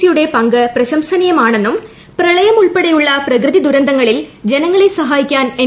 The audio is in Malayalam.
സി യുടെ പങ്ക് പ്രശംസനീയമാണെന്നും പ്രളയം ഉൾപ്പെടെയുള്ള പ്രകൃതി ദുരന്തങ്ങളിൽ ജനങ്ങളെ സഹായിക്കാൻ എൻ